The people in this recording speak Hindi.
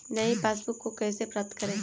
नई पासबुक को कैसे प्राप्त करें?